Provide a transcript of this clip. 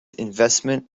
investment